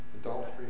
adultery